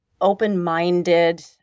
open-minded